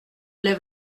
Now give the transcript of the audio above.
lève